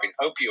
opioids